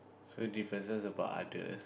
so differences about others